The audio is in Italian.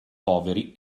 poveri